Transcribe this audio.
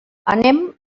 anem